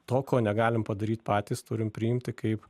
to ko negalim padaryt patys turim priimti kaip